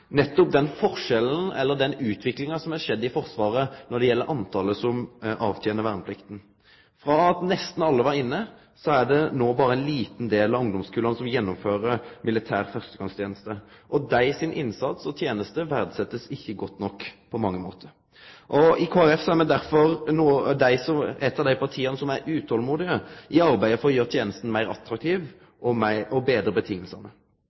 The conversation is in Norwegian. Forsvaret når det gjeld talet på dei som avtener verneplikta. Frå at nesten alle var inne, er det no berre ein liten del av ungdomskulla som gjennomfører militær førstegongsteneste. Innsatsen og tenesta deira blir på mange måtar ikkje høgt nok verdsett. Kristeleg Folkeparti er derfor eit av dei partia som er utolmodige i arbeidet for å gjere tenesta meir attraktiv og betre